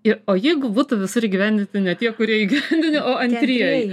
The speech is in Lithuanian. ir o jeigu būtų visur įgyvendinti ne tie kurie įgyvendini o antrieji